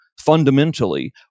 fundamentally